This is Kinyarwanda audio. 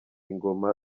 ingoma